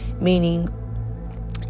meaning